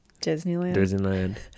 Disneyland